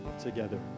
together